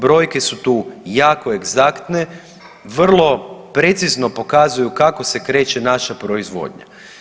Brojke su tu jako egzaktne, vrlo precizno pokazuju kako se kreće naša proizvodnja.